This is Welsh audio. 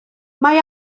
mae